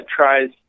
tries